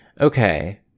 okay